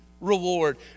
reward